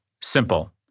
Simple